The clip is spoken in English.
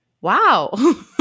wow